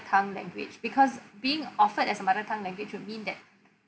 tongue language because being offered as a mother tongue language would mean that